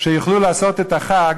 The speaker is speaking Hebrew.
שיוכלו לעשות את החג,